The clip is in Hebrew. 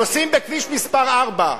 נוסעים בכביש מס' 4,